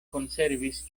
konservis